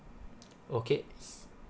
okay yes